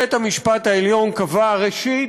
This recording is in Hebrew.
בית-המשפט העליון קבע: ראשית,